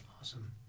Awesome